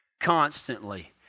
Constantly